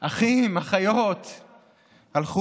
אחים, אחיות הלכו,